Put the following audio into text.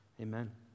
Amen